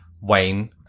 Wayne